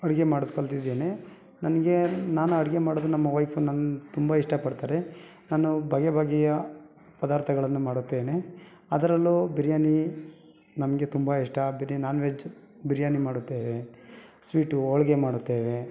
ಅಡಿಗೆ ಮಾಡೋದು ಕಲ್ತಿದ್ದೇನೆ ನನಗೆ ನಾನು ಅಡಿಗೆ ಮಾಡೋದು ನಮ್ಮ ವೈಫು ನನ್ನ ತುಂಬ ಇಷ್ಟಪಡ್ತಾರೆ ನಾನು ಬಗೆ ಬಗೆಯ ಪದಾರ್ಥಗಳನ್ನು ಮಾಡುತ್ತೇನೆ ಅದರಲ್ಲೂ ಬಿರ್ಯಾನಿ ನಮಗೆ ತುಂಬ ಇಷ್ಟ ಬಿರಿ ನಾನ್ ವೆಜ್ ಬಿರ್ಯಾನಿ ಮಾಡುತ್ತೇವೆ ಸ್ವೀಟು ಹೋಳ್ಗೆ ಮಾಡುತ್ತೇವೆ